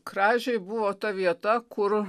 kražiai buvo ta vieta kur